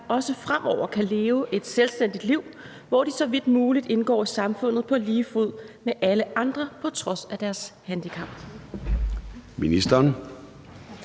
også fremover kan leve et selvstændigt liv, hvor de så vidt muligt indgår i samfundet på lige fod med alle andre på trods af deres handicap?